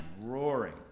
roaring